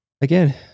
Again